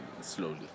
slowly